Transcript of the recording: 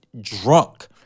drunk